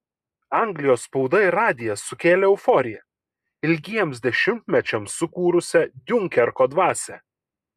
anglijos spauda ir radijas sukėlė euforiją ilgiems dešimtmečiams sukūrusią diunkerko dvasią